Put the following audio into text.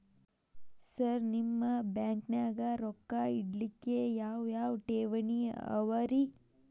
Sir ನಿಮ್ಮ ಬ್ಯಾಂಕನಾಗ ರೊಕ್ಕ ಇಡಲಿಕ್ಕೆ ಯಾವ್ ಯಾವ್ ಠೇವಣಿ ಅವ ರಿ?